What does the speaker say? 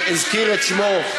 שביטן הזכיר את שמו,